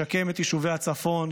לשקם את יישובי הצפון,